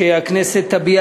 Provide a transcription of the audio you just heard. להיות